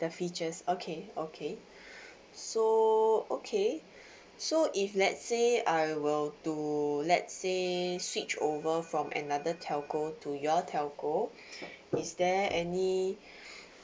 the features okay okay so okay so if let say I will to let say switch over from another telco to your telco is there any